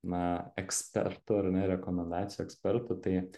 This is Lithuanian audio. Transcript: na ekspertu ar ne rekomendacijų ekspertu tai